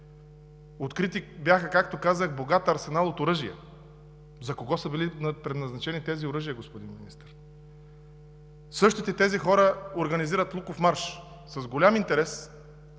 Открити бяха, както казах, богат арсенал от оръжия. За кого са били предназначени тези оръжия, господин Министър? Същите тези хора организират Луковмарш. С голям интерес